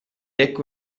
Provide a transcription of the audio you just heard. ecco